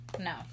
No